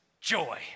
joy